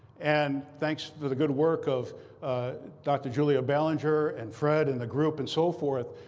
and thanks to the good work of dr. julia bellinger and fred and the group and so forth,